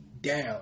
down